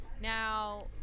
Now